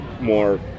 more